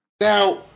Now